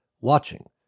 watching